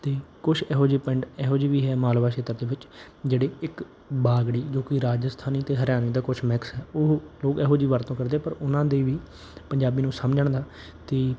ਅਤੇ ਕੁਛ ਇਹੋ ਜਿਹੇ ਪਿੰਡ ਇਹੋ ਜਿਹੇ ਵੀ ਹੈ ਮਾਲਵਾ ਛੇਤਰ ਦੇ ਵਿੱਚ ਜਿਹੜੇ ਇੱਕ ਬਾਗੜੀ ਜੋ ਕਿ ਰਾਜਸਥਾਨੀ ਅਤੇ ਹਰਿਆਣੇ ਦਾ ਕੁਝ ਮਿਕਸ ਉਹ ਲੋਕ ਇਹੋ ਜਿਹੀ ਵਰਤੋਂ ਕਰਦੇ ਆ ਪਰ ਉਹਨਾਂ ਦੀ ਵੀ ਪੰਜਾਬੀ ਨੂੰ ਸਮਝਣ ਦਾ ਅਤੇ